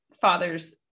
fathers